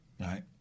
right